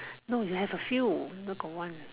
no you have a few not got one lah